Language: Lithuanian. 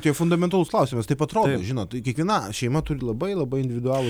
tai fundamentalus klausimas taip atrodo žinot kiekviena šeima turi labai labai individualų